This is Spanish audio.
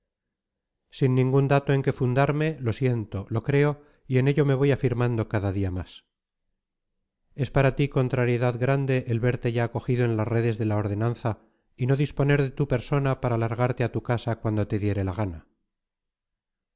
sin ningún dato en que fundarme lo siento lo creo y en ello me voy afirmando cada día más es para ti contrariedad grande el verte ya cogido en las redes de la ordenanza y no disponer de tu persona para largarte a tu casa cuando te diere la gana